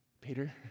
Peter